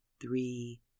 three